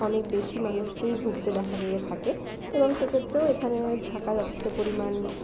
অনেক বেশি মানুষকেই ভুগতে দেখা গিয়ে থাকে এবং সেক্ষেত্রেও এখানে থাকা যথেষ্ট পরিমাণ